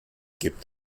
gibt